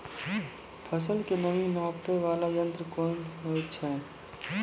फसल के नमी नापैय वाला यंत्र कोन होय छै